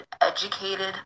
educated